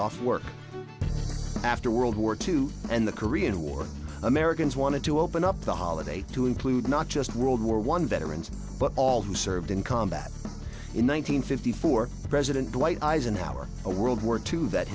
off work after world war two and the korean war americans wanted to open up the holiday to include not just world war one veterans but all who served in combat in one nine hundred fifty four president dwight eisenhower a world war two